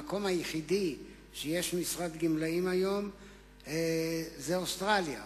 המקום היחיד שיש בו משרד גמלאים היום זה אוסטרליה,